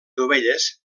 dovelles